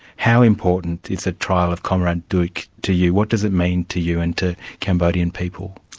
how important is the trial of comrade duch to you? what does it mean to you and to cambodian people?